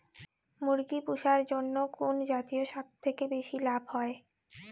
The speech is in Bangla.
মুরগি পুষার জন্য কুন জাতীয় সবথেকে বেশি লাভ হয়?